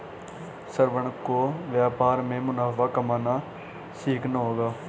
श्रवण को व्यापार में मुनाफा कमाना सीखना होगा